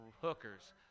Hookers